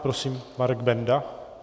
Prosím, Marek Benda.